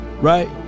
Right